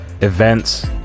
events